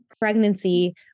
pregnancy